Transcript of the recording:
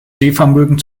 sehvermögen